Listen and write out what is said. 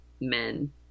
men